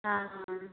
ହଁ ହଁ